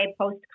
post